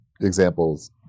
examples